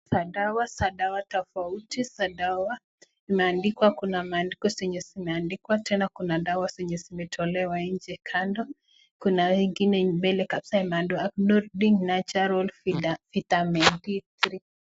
Aina za dawa tofauti za dawa, zimeadikwa kwa maaandiko zenye zimeandikwa, tena kuna dawa zenye zimetolewa nje kando, kuna hio ingine mbele kabisa imeandikwa vitamin three B .